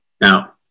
Now